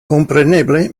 kompreneble